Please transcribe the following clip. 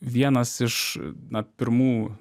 vienas iš na pirmų